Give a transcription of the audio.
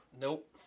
Nope